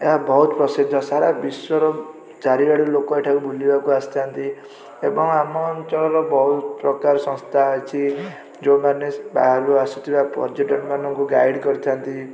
ଏହା ବହୁତ ପ୍ରସିଦ୍ଧ ସାରା ବିଶ୍ୱର ଚାରିଆଡ଼ୁ ଲୋକ ଏଠାକୁ ବୁଲିବାକୁ ଆସିଥାନ୍ତି ଏବଂ ଆମ ଅଞ୍ଚଳର ବହୁତ ପ୍ରକାର ସଂସ୍ଥା ଅଛି ଯେଉଁମାନେ ବାହାରୁ ଆସୁଥିବା ପର୍ଯ୍ୟଟକମାନଙ୍କୁ ଗାଇଡ଼ କରିଥାନ୍ତି